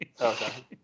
Okay